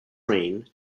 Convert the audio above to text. reign